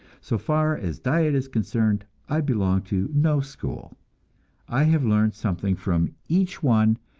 so far as diet is concerned, i belong to no school i have learned something from each one,